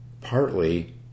partly